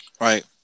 Right